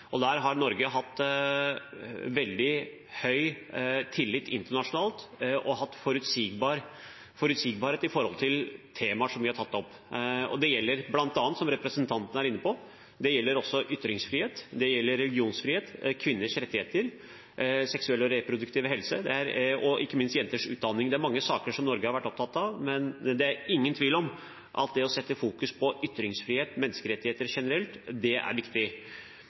Der har Norge hatt veldig høy tillit internasjonalt og vært forutsigbar når det gjelder temaer som vi har tatt opp. Det gjelder bl.a. også, som representanten er inne på, ytringsfrihet, religionsfrihet, kvinners rettigheter og seksuell og reproduktiv helse, og det gjelder ikke minst jenters utdanning. Det er mange saker Norge har vært opptatt av, men det er ingen tvil om at det å fokusere på ytringsfrihet, menneskerettigheter generelt, er viktig.